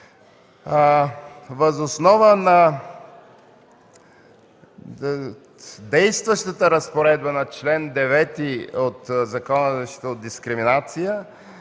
Въз основа на действащата разпоредба на чл. 9 от Закона за защита от дискриминация